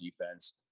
defense